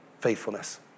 faithfulness